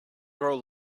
grow